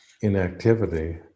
inactivity